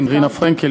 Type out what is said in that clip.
רינה פרנקל,